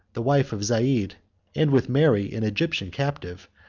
the wife of zeid, and with mary, an egyptian captive,